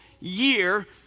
year